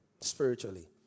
spiritually